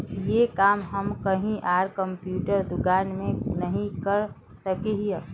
ये काम हम कहीं आर कंप्यूटर दुकान में नहीं कर सके हीये?